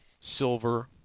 silver